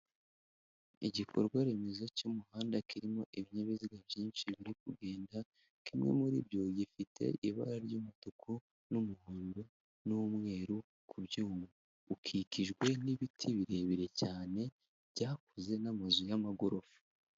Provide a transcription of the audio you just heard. Igikorwaremezo cy'umuhanda kirimo ibinyabiziga byinshi biri kugenda, kimwe muri byo gifite ibara ry'umutuku n'umuhondo n'umweru ku byuma. Ukikijwe n'ibiti birebire cyane byakuze n'amazu n'amagorofa.